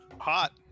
Hot